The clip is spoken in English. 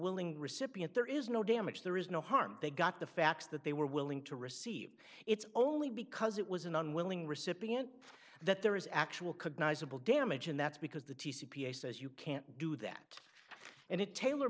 willing recipient there is no damage there is no harm they got the facts that they were willing to receive it's only because it was an unwilling recipient that there is actual could nies will damage and that's because the t c p a says you can't do that and it taylor